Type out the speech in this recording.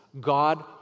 God